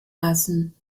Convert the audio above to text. lassen